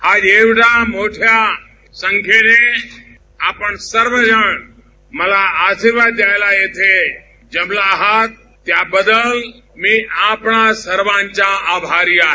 आज एवढ्या मोठ्या संख्येने आपण सर्वजण मला आशीर्वाद द्यायला येथे जमला आहात त्याबद्दल मी आपणा सर्वांचा आभारी आहे